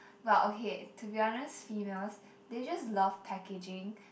but okay to be honest females they just love packaging